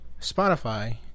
Spotify